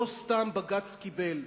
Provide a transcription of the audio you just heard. לא סתם בג"ץ קיבל.